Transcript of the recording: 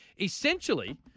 essentially